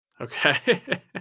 Okay